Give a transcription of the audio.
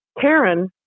Karen